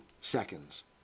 seconds